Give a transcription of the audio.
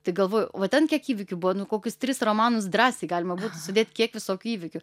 tai galvoju va ten kiek įvykių buvo nu kokius tris romanus drąsiai galima sudėt kiek visokių įvykių